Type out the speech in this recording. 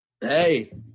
Hey